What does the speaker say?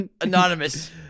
Anonymous